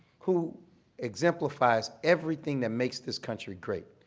who exemplifies everything that makes this country great.